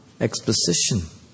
exposition